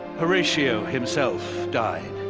horatio himself died.